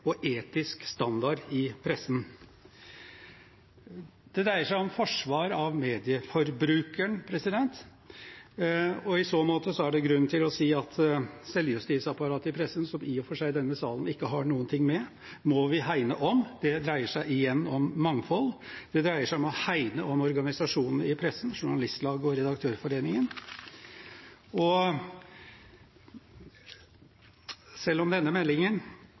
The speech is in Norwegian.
og etisk standard i pressen. Det dreier seg om forsvar av medieforbrukeren, og i så måte er det grunn til å si at selvjustisapparatet i pressen, som i og for seg denne salen ikke har noen ting med, må vi hegne om. Det dreier seg igjen om mangfold. Det dreier seg om å hegne om organisasjonene i pressen, Norsk Journalistlag og Norsk Redaktørforening. Denne meldingen